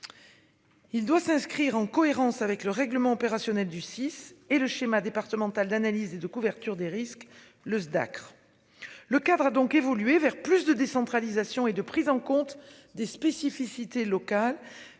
Il doit s'inscrire en cohérence avec le règlement opérationnel du six et le schéma départemental d'analyse et de couverture des risques. Le Dacr. Le cadre a donc évoluer vers plus de décentralisation et de prise en compte des spécificités locales.